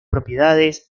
propiedades